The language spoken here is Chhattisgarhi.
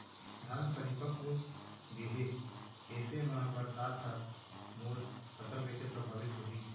धान परिपक्व गेहे ऐसे म बरसात ह मोर फसल कइसे प्रभावित होही?